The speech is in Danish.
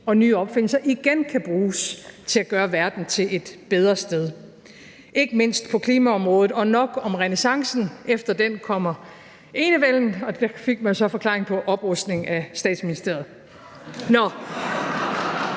og nye opfindelser igen kan bruges til at gøre verden til et bedre sted, ikke mindst på klimaområdet. Men nok om renæssancen, efter den kommer enevælden, og der fik man jo så forklaringen på oprustningen af Statsministeriet.